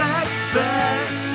expect